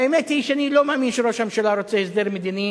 האמת היא שאני לא מאמין שראש הממשלה רוצה הסדר מדיני